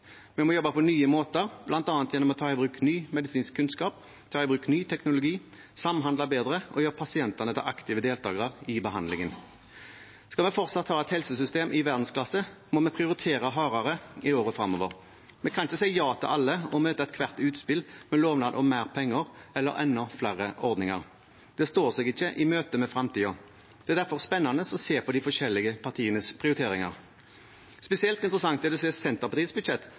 Vi må jobbe på nye måter, bl.a. gjennom å ta i bruk ny medisinsk kunnskap, ta i bruk ny teknologi, samhandle bedre og gjøre pasientene til aktive deltakere i behandlingen. Skal vi fortsatt ha et helsesystem i verdensklasse, må vi prioritere hardere i årene fremover. Vi kan ikke si ja til alle og møte ethvert utspill med lovnad om mer penger eller enda flere ordninger. Det står seg ikke i møtet med fremtiden. Det er derfor spennende å se på de forskjellige partienes prioriteringer. Spesielt interessant er det å se Senterpartiets budsjett,